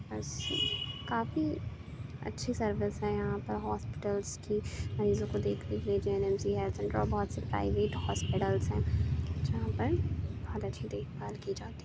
بس کافی اچھی سروس ہیں یہاں پر ہاسپیٹلس کی مریضوں کو دیکھنے کے لیے جے این ایم سی ہے بہت سی پرائیویٹ ہاسپیٹلس ہیں جہاں پر بہت اچھی دیکھ بھال کی جاتی